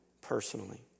personally